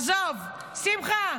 עזוב, שמחה,